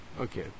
Okay